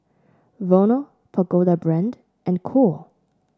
Vono Pagoda Brand and Cool